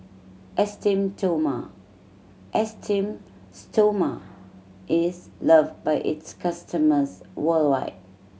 esteem Esteem Stoma is loved by its customers worldwide